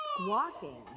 Walking